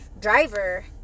driver